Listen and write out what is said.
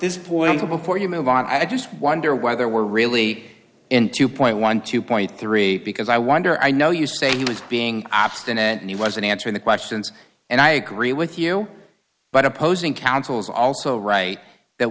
this point before you move on i just wonder why there were really into point one two point three because i wonder i know you say he was being obstinate and he wasn't answering the questions and i agree with you but opposing counsel is also right that